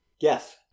yes